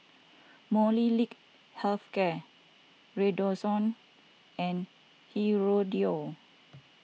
Molnylcke Health Care Redoxon and Hirudoid